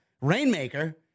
Rainmaker